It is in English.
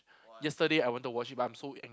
yesterday I went to watch it but I'm so an~